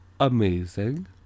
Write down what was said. Amazing